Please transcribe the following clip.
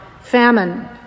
famine